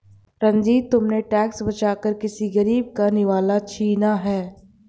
रंजित, तुमने टैक्स बचाकर किसी गरीब का निवाला छीना है